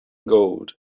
gold